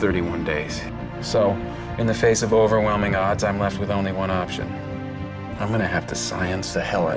thirty one days so in the face of overwhelming odds i'm left with only one option i'm going to have to science the hell